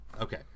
Okay